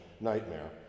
nightmare